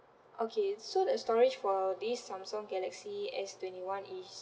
okay so the storage for this samsung galaxy S twenty one is